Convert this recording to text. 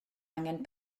angen